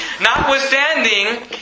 Notwithstanding